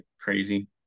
crazy